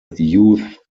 youth